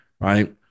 right